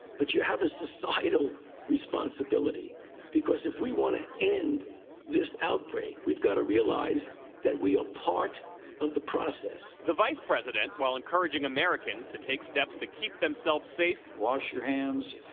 but you have a societal responsibility because if we want to end this outbreak, we've got to realize that we are part of the process. reporter the vice president, while encouraging americans to take steps to keep themselves safe wash your hands.